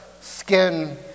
skin